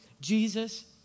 Jesus